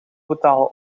betalen